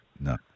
No